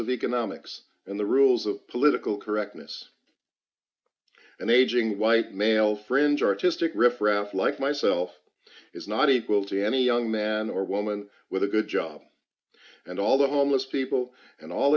of economics and the rules of political correctness and aging white male friends artistic riff raff like myself is not equal to any young man or woman with a good job and all the homeless people and all